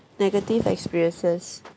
negative experiences